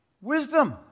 Wisdom